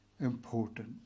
important